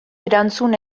erantzun